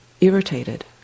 irritated